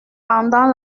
pendant